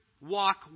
Walk